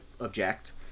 object